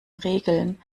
regeln